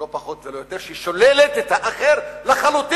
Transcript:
לא פחות ולא יותר, ששוללת את האחר לחלוטין,